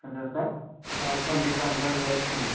समझा sir I twenty Samsung Galaxy